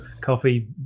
coffee